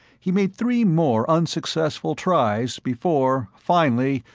he made three more unsuccessful tries before finally,